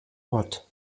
what